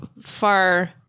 far